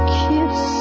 kiss